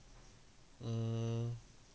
hmm